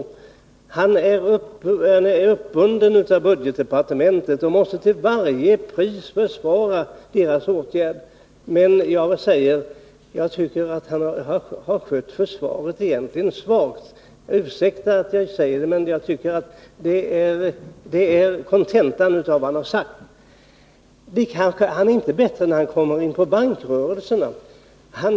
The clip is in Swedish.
Gabriel Romanus är uppbunden av budgetdepartementet och måste till varje pris försvara dess åtgärder, men jag tycker att han har skött det försvaret svagt. Ursäkta att jag säger det, men det är kontentan av vad han har sagt. Han är inte bättre när han kommer in på bankrörelserna.